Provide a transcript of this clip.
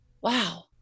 wow